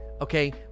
okay